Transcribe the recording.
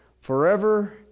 forever